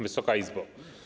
Wysoka Izbo!